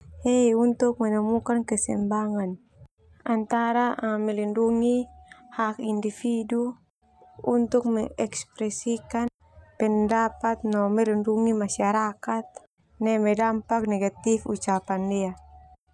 He untuk menemukan keseimbangan antara melindungi hak individu, untuk mengekspresikan pendapat no melindungi masyarakat neme dampak negatif ucapan.